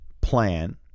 plan